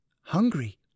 hungry